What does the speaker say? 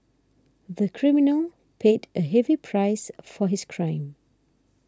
the criminal paid a heavy price for his crime